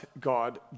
God